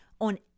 on